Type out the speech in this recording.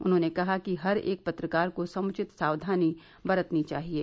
उन्होंने कहा कि हर एक पत्रकार को समुचित सावधानी बरतनी चाहिये